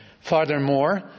Furthermore